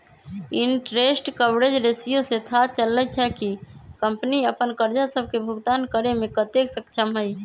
interest coverage ratio से थाह चललय छै कि कंपनी अप्पन करजा सभके भुगतान करेमें कतेक सक्षम हइ